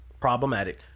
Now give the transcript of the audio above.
Problematic